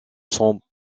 sont